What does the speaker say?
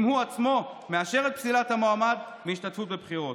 הוא עצמו מאשר את פסילת המועמד מהשתתפות בבחירות.